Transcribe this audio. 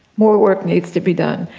more work needs to be done.